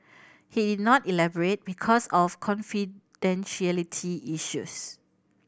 he did not elaborate because of confidentiality issues